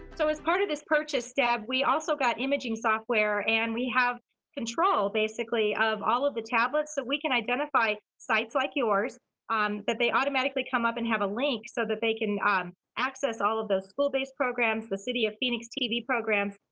so as part of this purchase, deb, we also got imaging software and we have control basically of all of the tablets. so we can identify sites like yours um that they automatically come up and have a link, so that they can access all of those school-based programs, the city of phxtv programs,